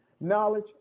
knowledge